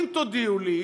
אם תודיעו לי,